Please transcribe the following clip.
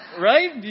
right